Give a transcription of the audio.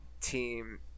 team